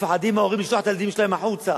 הורים מפחדים לשלוח את הילדים שלהם החוצה.